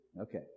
Okay